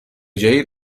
جای